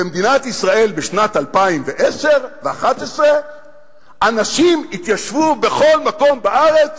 במדינת ישראל בשנת 2011 אנשים יתיישבו בכל מקום בארץ